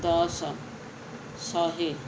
ଦଶ ଶହେ